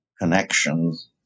connections